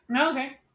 Okay